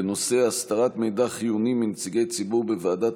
בנושא: הסתרת מידע חיוני מנציגי ציבור בוועדת